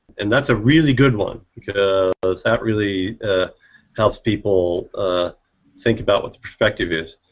and that's a really good one because that really helps people think about what the perspective is.